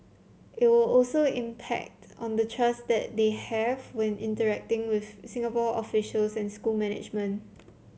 it will also impact on the trust that they have when interacting with Singapore officials and school management